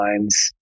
lines